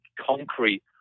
concrete